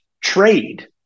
trade